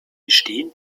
gestehen